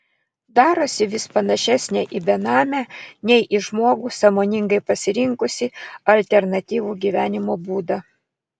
darosi vis panašesnė į benamę nei į žmogų sąmoningai pasirinkusį alternatyvų gyvenimo būdą